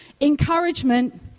encouragement